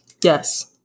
Yes